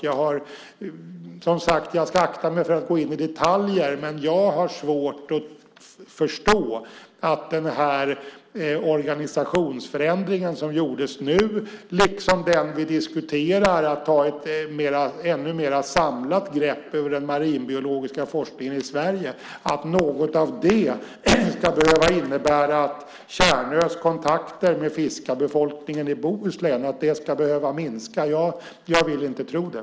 Jag ska akta mig för att gå in i detaljer, men jag har svårt att förstå att den organisationsförändring som gjordes nu, liksom den som vi diskuterar om att ta ett ännu mer samlat grepp över den marinbiologiska forskningen i Sverige, ska behöva innebära att Tjärnös kontakter med fiskarbefolkningen i Bohuslän ska behöva minska. Jag vill inte tro det.